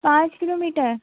पाँच किलोमीटर